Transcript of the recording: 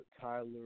Tyler